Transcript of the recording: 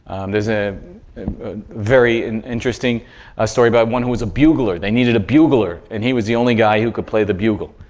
there's a very interesting ah story about one who was a bugler. they needed a bugler and he was the only guy who could play the bugle,